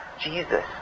Jesus